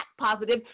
positive